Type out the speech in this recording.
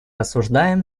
осуждаем